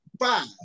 five